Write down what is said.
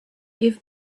give